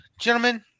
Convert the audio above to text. gentlemen